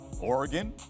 Oregon